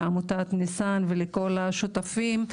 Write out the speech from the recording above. לעמותת ניסאן ולכל השותפים.